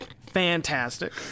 Fantastic